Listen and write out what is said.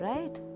Right